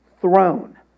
throne